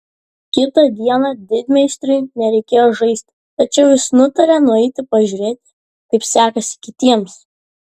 kitą dieną didmeistriui nereikėjo žaisti tačiau jis nutarė nueiti pažiūrėti kaip sekasi kitiems